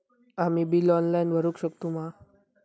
आम्ही bill online भरुक शकतू मा?